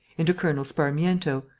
into colonel sparmiento,